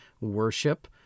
worship